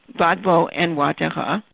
gbagbo and ouattara,